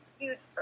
huge